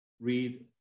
read